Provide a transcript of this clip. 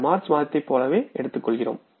இந்த மார்ச் மாதத்தைப் போலவே எடுத்துக்கொள்கிறோம்